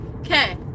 Okay